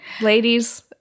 Ladies